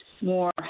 more